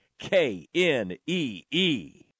K-N-E-E